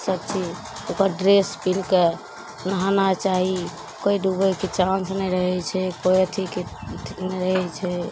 सबचीज ओकर ड्रेस पिन्हिके नहाना चाही कोइ डुबैके चान्स नहि रहै छै कोइ अथीके अथी नहि रहै छै